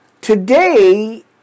Today